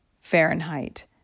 Fahrenheit